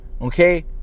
Okay